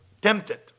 tempted